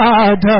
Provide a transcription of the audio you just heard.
God